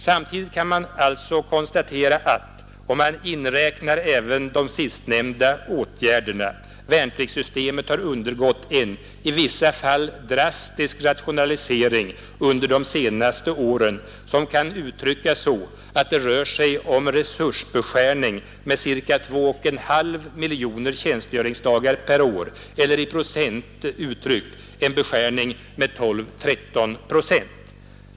Sammanlagt kan man alltså konstatera att om man inräknar även de sistnämnda åtgärderna har värnpliktssystemet undergått en i vissa fall drastisk rationalisering under de senaste åren, som kan uttryckas så att det rör sig om en resursbeskärning med ca 2,5 miljoner tjänstgöringsdagar per år eller 12 å 13 procent.